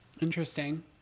interesting